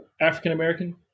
African-American